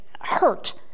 hurt